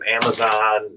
Amazon